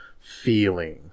feeling